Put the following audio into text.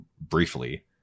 briefly